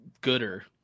gooder